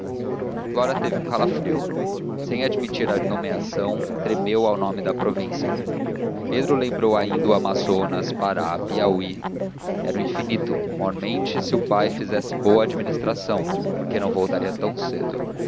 flora teve um calefrio sem admitir a nomeação tremeu ao nome da província pedro lembrou ainda o amazonas pará piauí era o infinito mormente se o pai fizesse boa administração porque não voltaria tão cedo